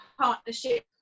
partnership